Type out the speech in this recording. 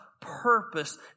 purpose